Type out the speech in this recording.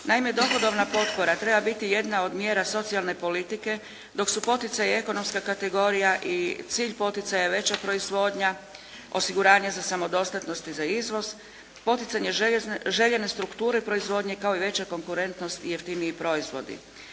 Naime, dohodovna potpora treba biti jedna od mjera socijalne politike, dok su poticaji i ekonomska kategorija i cilj poticaja veća proizvodnja, osiguranje za samodostatnost i za izvoz, poticanje željene strukture proizvodnje kao i veća konkurentnost i jeftiniji proizvodi.